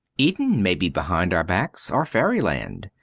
eden may be behind our backs, or fairyland.